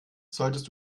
solltest